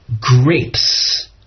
grapes